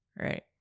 Right